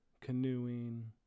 canoeing